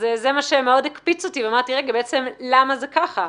זה מה שמאוד הקפיץ אותי ושאלתי למה זה כך.